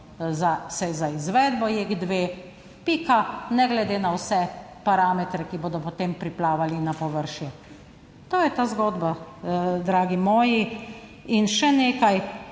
za izvedbo JEK2, pika, ne glede na vse parametre, ki bodo potem priplavali na površje. To je ta zgodba, dragi moji. In še nekaj,